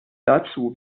dazu